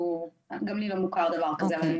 וגם לי לא מוכר דבר כזה.